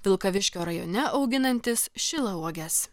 vilkaviškio rajone auginantis šilauoges